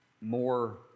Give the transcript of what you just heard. more